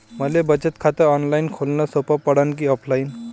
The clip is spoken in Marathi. मले बचत खात ऑनलाईन खोलन सोपं पडन की ऑफलाईन?